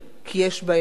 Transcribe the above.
כי יש בהם אולי,